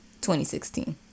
2016